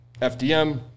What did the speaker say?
FDM